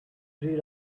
read